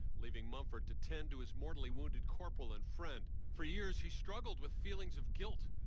leaving mumford to tend to his mortally wounded corporal and friend. for years he struggled with feelings of guilt.